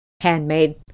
handmade